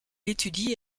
étudie